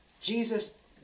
Jesus